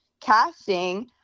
casting –